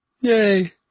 Yay